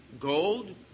Gold